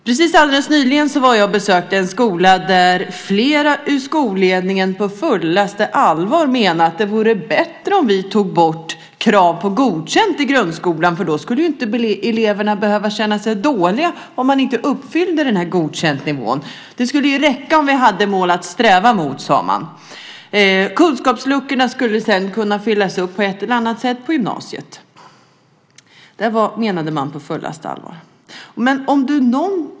Jag besökte nyligen en skola där flera i skolledningen på fullt allvar menade att det vore bättre om vi tog bort kravet på godkänt i grundskolan. Då skulle ju inte eleverna behöva känna sig dåliga om de inte uppfyllde godkäntnivån. Det skulle räcka om vi hade mål att sträva mot, sade man. Kunskapsluckorna skulle kunna fyllas på ett eller annat sätt på gymnasiet. Det menade man på fullaste allvar.